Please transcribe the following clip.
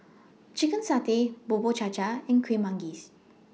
Chicken Satay Bubur Cha Cha and Kuih Manggis